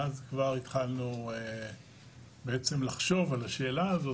ואז כבר התחלנו לחשוב על השאלה הזו,